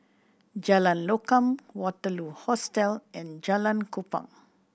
Jalan Lokam Waterloo Hostel and Jalan Kupang